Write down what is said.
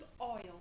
oil